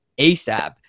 ASAP